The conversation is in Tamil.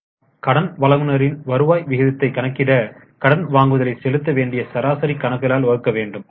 நாம் கடன் வழங்குநரின் வருவாய் விகிதத்தை கணக்கிட கடன் வாங்குதலை செலுத்த வேண்டிய சராசரி கணக்குகளால் வகுக்க வேண்டும்